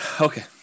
okay